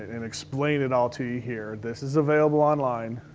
and explain it all to you here. this is available online.